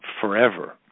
forever